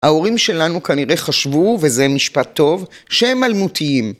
ההורים שלנו כנראה חשבו, וזה משפט טוב, שהם אלמותיים.